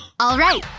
alright,